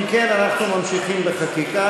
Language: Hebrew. אם כן, אנחנו ממשיכים בחקיקה.